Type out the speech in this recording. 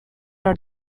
are